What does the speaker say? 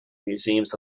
museums